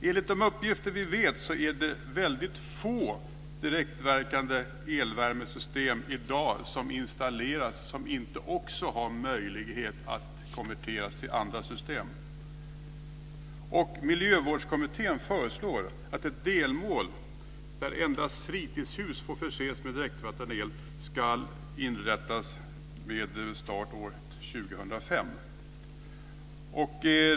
Enligt uppgifter som vi har är det väldigt få direktverkande elvärmesystem som installeras i dag som inte också kan konverteras till andra system. Miljövårdskommittén föreslår som ett delmål att endast fritidshus får förses med direktverkande el med start år 2005.